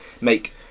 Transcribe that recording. make